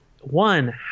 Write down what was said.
One